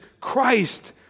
Christ